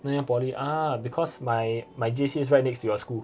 nanyang poly ah because my my J_C is right next to your school